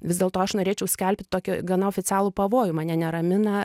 vis dėlto aš norėčiau skelbti tokį gana oficialų pavojų mane neramina